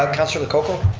ah councilor lococo.